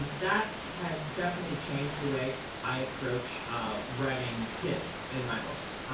that has definitely changed the way i approach writing kids in my books.